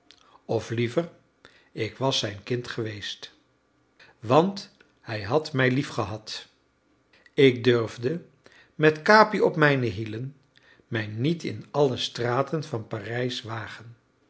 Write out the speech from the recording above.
of liever ik was zijn kind geweest want hij had mij liefgehad ik durfde met capi op mijne hielen mij niet in alle straten van parijs wagen